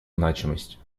значимость